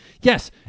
Yes